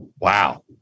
Wow